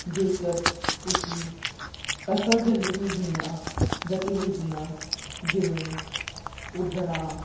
ਜੇਕਰ ਤੁਸੀਂ ਅਸਲ ਜ਼ਿੰਦਗੀ ਦੀਆਂ ਗਤੀਵਿਧੀਆਂ ਜਿਵੇਂ ਉੱਡਣਾ